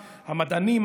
המדענים,